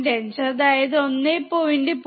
5 അതായത് 1